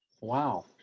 Wow